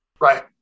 Right